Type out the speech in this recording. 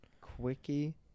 Quickie